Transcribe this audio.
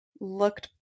looked